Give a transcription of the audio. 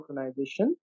Organization